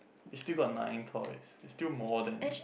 we still got nine points it's still more than